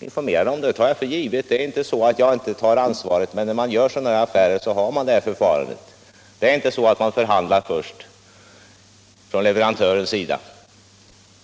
informerad: Och det har jag tagit för givet. Det är inte så, att jag inte tar ansvaret, men när man gör affärer av det här slaget är detta det vanliga förfarandet. Man förhandlar inte först från leverantörssidan.